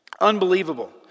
Unbelievable